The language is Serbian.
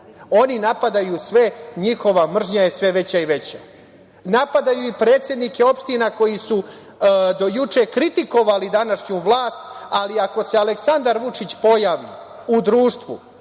Oni napadaju sve, njihova mržnja je sve veća i veća. Napadaju i predsednike opština koji su do juče kritikovali današnju vlast, ali ako se Aleksandar Vučić pojavi u društvu